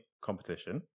competition